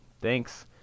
Thanks